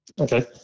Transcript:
Okay